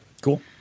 Cool